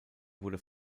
wurde